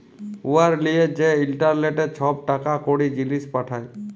উয়ার লিয়ে যে ইলটারলেটে ছব টাকা কড়ি, জিলিস পাঠায়